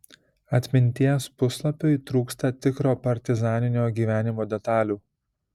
atminties puslapiui trūksta tikro partizaninio gyvenimo detalių